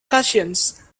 cushions